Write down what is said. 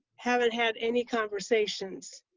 haven't had any conversations.